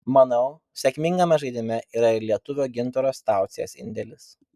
manau sėkmingame žaidime yra ir lietuvio gintaro staučės indėlis